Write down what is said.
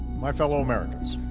my fellow americans,